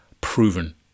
proven